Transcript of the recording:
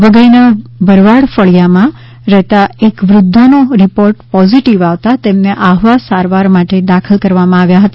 વઘઈના ભરવાડ ફળીયામાં રહેતા એક વૃદ્ધાનો રિપોર્ટ પોઝિટિવ આવતાં તેમને આહવા સારવાર માટે દાખલ કરવામાં આવ્યા હતા